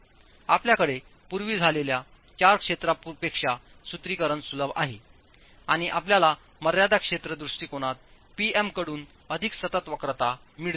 आपल्याकडे पूर्वी झालेल्या चार क्षेत्रा पेक्षा सूत्रीकरण सुलभ आहे आणि आपल्याला मर्यादा क्षेत्र दृष्टिकोनात P M कडून अधिक सतत वक्रता मिळते